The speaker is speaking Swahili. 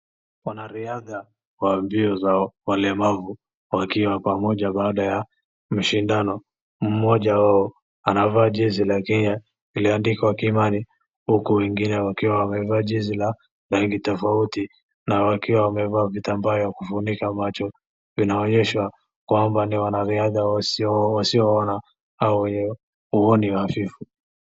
Wanariadha wa mbio za walemavu, wakiwa pamoja baada ya mashindano, mmoja wao anavaa jezi la Kenya, iliyoandikwa Kimani, huku wengine akiwa wamevaa jezi la rangu tofauti na wakiwa wamevaa vitambaa ya kufunika macho, inaonyehwa kwamba ni wanariadha wasioona au wenye huoni uhafifu.